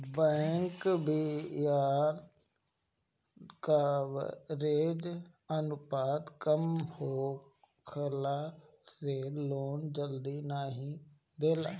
bank बियाज coverage अनुपात कम होखला से लोन जल्दी नाइ देला